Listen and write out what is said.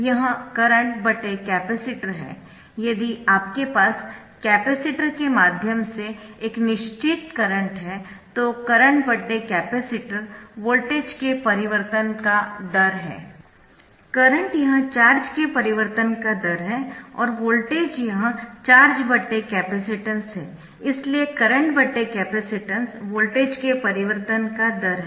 यह करंटकैपेसिटर है यदि आपके पास कैपेसिटर के माध्यम से एक निश्चित करंट है तो करंटकैपेसिटर वोल्टेज के परिवर्तन का दर है करंट यह चार्ज के परिवर्तन का दर है और वोल्टेज यह चार्ज कैपेसिटेंस है इसलिए करंट कैपेसिटेंस वोल्टेज के परिवर्तन का दर है